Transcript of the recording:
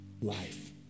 life